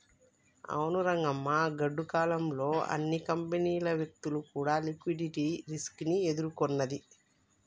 అవును రంగమ్మ గాడ్డు కాలం లో అన్ని కంపెనీలు వ్యక్తులు కూడా లిక్విడిటీ రిస్క్ ని ఎదుర్కొన్నది